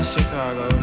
Chicago